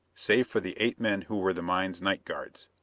save for the eight men who were the mine's night guards.